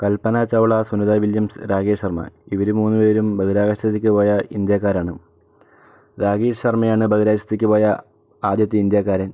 കൽപന Chawla Sunita Williams Rakesh Sharma ഇവര് മൂന്ന് പേരും ബഹിരാകാശത്തേക്ക് പോയ ഇന്ത്യക്കാര് ആണ് രാകേഷ് ശർമ്മ ആണ് ബഹിരാകാശത്തേക്ക് പോയ ആദ്യത്തെ ഇന്ത്യക്കാരൻ